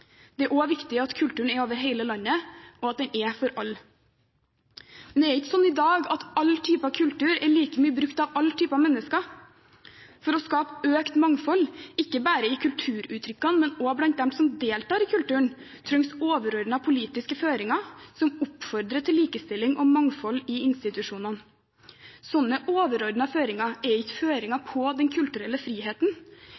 Det er også viktig at kulturen er over hele landet, og at den er for alle. Men det er ikke sånn i dag at alle typer kultur er like mye brukt av alle typer mennesker. For å skape økt mangfold, ikke bare i kulturuttrykkene, men også blant dem som deltar i kulturen, trengs overordnete politiske føringer som oppfordrer til likestilling og mangfold i institusjonene. Sånne overordnete føringer er ikke